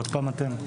עוד פעם אתם?